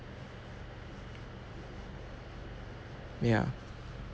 ya